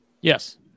Yes